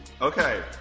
okay